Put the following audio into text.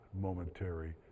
momentary